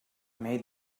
made